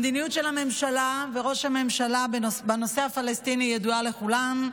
המדיניות של הממשלה וראש הממשלה בנושא הפלסטיני ידועה לכולם.